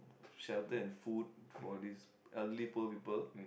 shelter and food for these elderly poor people